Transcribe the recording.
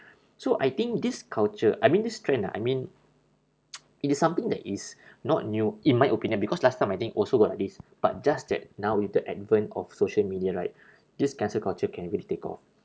so I think this culture I mean this trend ah I mean it is something that is not new in my opinion because last time I think also got like this but just that now with the advent of social media right this cancel culture can really take off